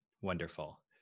Wonderful